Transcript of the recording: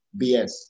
BS